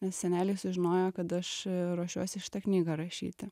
nes seneliai sužinojo kad aš ruošiuosi šitą knygą rašyti